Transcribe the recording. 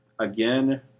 Again